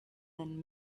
and